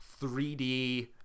3d